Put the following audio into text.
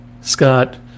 Scott